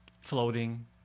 floating